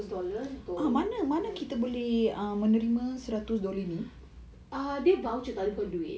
eh kau tahu kan yang ni ah first december kita ada err seratus dolar